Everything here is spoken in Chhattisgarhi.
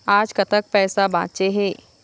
आज कतक पैसा बांचे हे?